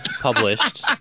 published